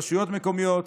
רשויות מקומיות,